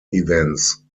events